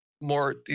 more